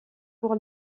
pour